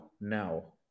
now